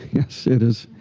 yes, it is.